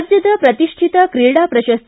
ರಾಜ್ಯದ ಪ್ರತಿಷ್ಠಿತ ಕ್ರೀಡಾ ಪ್ರಶಸ್ತಿ